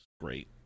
great